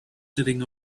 sitting